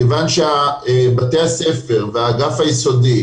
מכיוון שבתי הספר והאגף היסודי